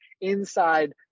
inside